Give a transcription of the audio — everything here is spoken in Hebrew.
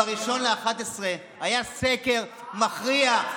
ב-1 בנובמבר היה סקר מכריע,